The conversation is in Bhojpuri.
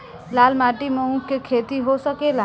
लाल माटी मे ऊँख के खेती हो सकेला?